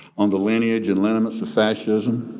on the lineage and liniments of fascism.